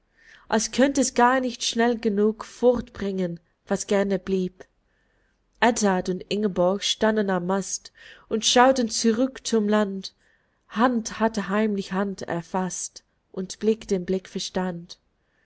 als könnt es gar nicht schnell genug fortbringen was gerne blieb edzard und ingeborg standen am mast und schauten zurück zum land hand hatte heimlich hand erfaßt und blick den blick verstand